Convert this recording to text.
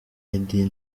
meddie